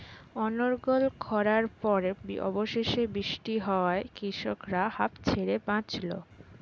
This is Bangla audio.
অনর্গল খড়ার পর অবশেষে বৃষ্টি হওয়ায় কৃষকরা হাঁফ ছেড়ে বাঁচল